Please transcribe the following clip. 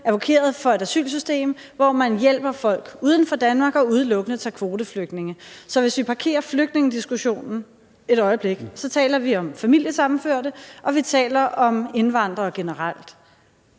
advokeret for et asylsystem, hvor man hjælper folk uden for Danmark og udelukkende tager kvoteflygtninge. Så hvis vi parkerer flygtningediskussionen et øjeblik og taler om familiesammenførte og om indvandrere generelt,